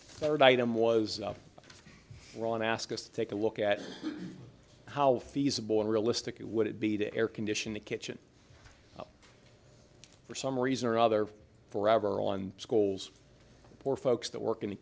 third item was wrong and ask us to take a look at how feasible realistic it would it be to air condition the kitchen for some reason or other forever on schools poor folks that work in the